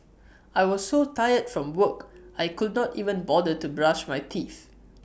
I was so tired from work I could not even bother to brush my teeth